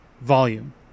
volume